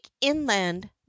inland